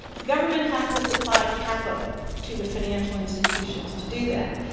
the government has to supply capital to the financial institutions to do that.